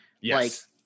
Yes